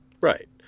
Right